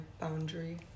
boundary